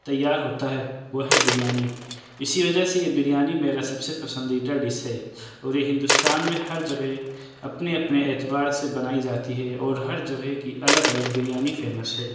تیّار ہوتا ہے وہ ہے بریانی اسی وجہ سے یہ بریانی میرا سب سے پسندیدہ ڈش ہے اور یہ ہندوستان میں ہر جگہ اپنے اپنے اعتبار سے بنائی جاتی ہے اور ہر جگہ کی الگ الگ بریانی فیمس ہے